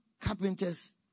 carpenters